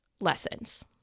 lessons